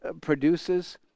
produces